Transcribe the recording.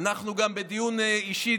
אנחנו גם בדיון אישי,